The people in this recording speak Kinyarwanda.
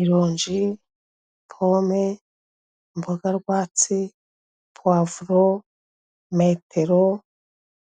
Ironji, pome, mboga rwatsi, puwavuro, metero,